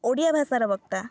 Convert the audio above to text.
ଓଡ଼ିଆ ଭାଷାର ବକ୍ତା